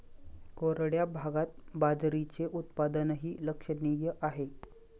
कोरड्या भागात बाजरीचे उत्पादनही लक्षणीय आहे